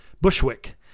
Bushwick